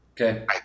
Okay